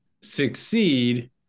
succeed